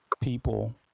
people